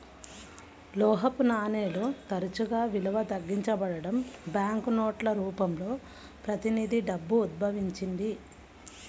లోహపు నాణేలు తరచుగా విలువ తగ్గించబడటం, బ్యాంకు నోట్ల రూపంలో ప్రతినిధి డబ్బు ఉద్భవించింది